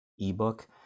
Ebook